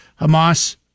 Hamas